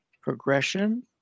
progression